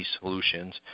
solutions